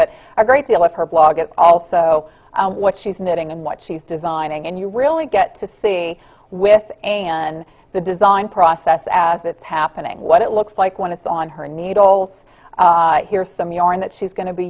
but a great deal of her blog is also what she's knitting and what she's designing and you really get to see with and the design process as it's happening what it looks like when it's on her needles here some yarn that she's going to be